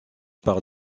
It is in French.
par